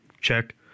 check